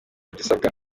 ibisabwa